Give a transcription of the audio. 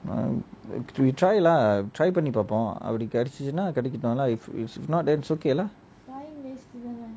we try lah try பண்ணி பாப்போம் அப்டி கிடைச்சுதுன கிடைகட்டும்ல:panni paapom apdi kidaichathuna kidaikattumla if not it's okay lah